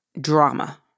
drama